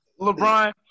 LeBron